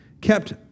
kept